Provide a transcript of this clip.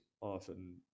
often